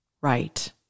Right